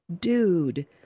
dude